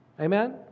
Amen